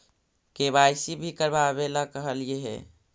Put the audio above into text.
KYC भी करवावेला कहलिये हे?